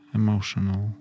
emotional